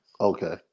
okay